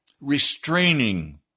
restraining